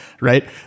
Right